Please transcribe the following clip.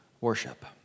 worship